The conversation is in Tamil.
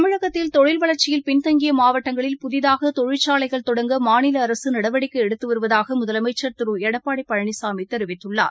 தமிழகத்தில் தொழில் வளர்ச்சியில் பின்தங்கியமாவட்டங்களில் புதிதாகதொழிற்சாலைகள் தொடங்க மாநிலஅரசுநடவடிக்கைஎடுத்துவருவதாகமுதலமைச்சர் திருஎடப்பாடிபழனிசாமிதெரிவித்துள்ளார்